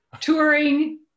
Touring